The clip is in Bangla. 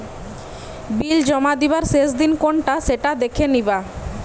বিল জমা দিবার শেষ দিন কোনটা সেটা দেখে নিবা